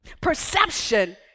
perception